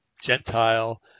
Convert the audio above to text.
Gentile